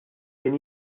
kien